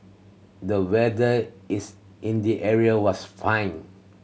the weather is in the area was fine